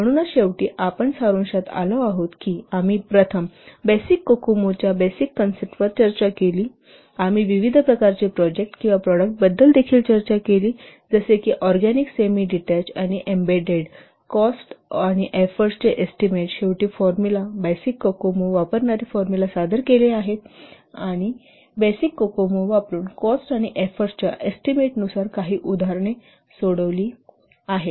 म्हणून शेवटी आपण सारांशात आलो आहोत की आम्ही प्रथम बेसिक कोकोमो च्या बेसिक कन्सेप्टवर चर्चा केली आम्ही विविध प्रकारचे प्रोजेक्ट किंवा प्रॉडक्टबद्दल देखील चर्चा केली जसे की ऑरगॅनिक सेमीडेटेच आणि एम्बेडेड कॉस्ट आणि एफोर्ट एस्टीमेट शेवटी बेसिक कोकोमो वापरणारी फॉर्मुला सादर केले आहे आम्ही बेसिक कोकोमो वापरुन कॉस्ट आणि एफोर्टच्या एस्टीमेटनुसार काही उदाहरणे सोडविली आहेत